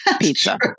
pizza